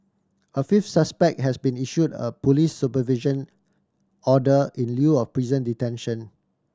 a fifth suspect has been issued a police supervision order in lieu of prison detention